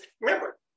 remember